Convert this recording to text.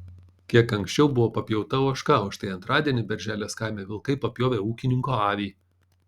kiek anksčiau buvo papjauta ožka o štai antradienį berželės kaime vilkai papjovė ūkininko avį